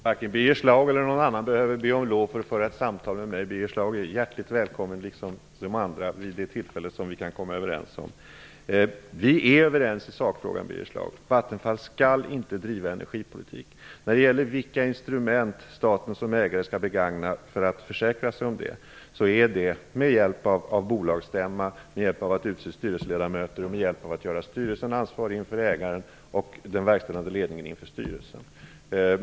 Fru talman! Varken Birger Schlaug eller någon annan behöver be om lov för att få föra ett samtal med mig. Birger Schlaug är hjärtligt välkommen, liksom de andra, vid det tillfälle som vi kan komma överens om. Vi är överens i sakfrågan, Birger Schlaug. Vattenfall skall inte driva energipolitik. När det gäller vilka instrument staten som ägare skall begagna för att försäkra sig om detta, är det med hjälp av bolagsstämman, genom att utse styrelseledamöter och genom att göra styrelsen ansvarig inför ägaren och den verkställande ledningen inför styrelsen.